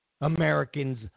Americans